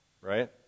right